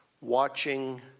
Watching